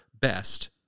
best